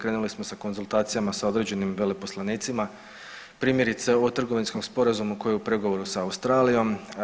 Krenuli smo sa konzultacijama sa određenim veleposlanicima primjerice o trgovinskom sporazumu koji je u pregovoru sa Australijom.